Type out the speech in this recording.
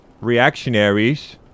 reactionaries